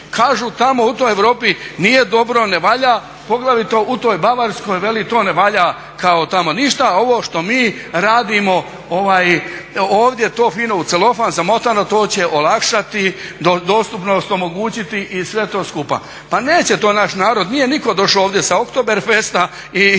Kažu tamo u toj Europi nije dobro, ne valja, poglavito u toj Bavarskoj veli to ne valja kao tamo ništa, a ovo što mi radimo ovdje to fino u celofan zamotano to će olakšati dostupnost, omogućiti i sve to skupa. Pa neće to naš narod, nije niko došao ovdje sa Oktoberfesta i postavlja